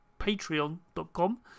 patreon.com